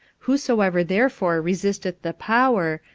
whosoever therefore resisteth the power,